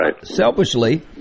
selfishly